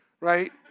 right